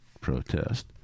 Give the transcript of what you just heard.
protest